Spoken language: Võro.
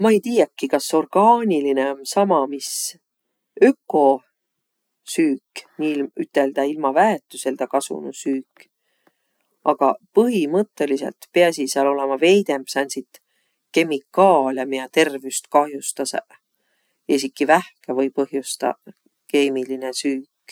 Ma-i tiiakiq, kas orgaanilinõ om sama, mis öko süük, niiüteldäq ilma väetüseldäq kasunuq süük, agaq põhimõttõlisõlt piäsiq sääl olõma veidemb sääntsit kemikaalõ, miä tervüst kahjustasõq. Esikiq vähkä või põhjustaq keemiline süük.